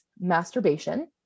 masturbation